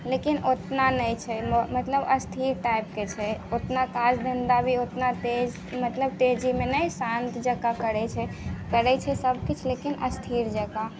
लेकिन ओतना नहि छै मतलब स्थिर टाइपके छै ओतना काज धन्धा भी ओतना तेज मतलब तेजीमे नहि शान्त जकाँ करै छै करै छै सबकिछु लेकिन स्थिर जकाँ